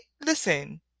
listen